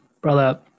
brother